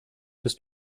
bis